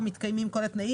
לא להגדיר באופן כללי שייאסף